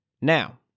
Now